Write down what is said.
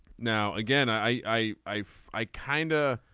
now again i i i i kinda